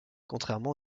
contrairement